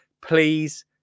please